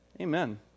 Amen